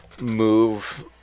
move